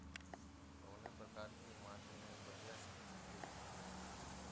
कवने प्रकार की माटी में बढ़िया सब्जी खेती हुई?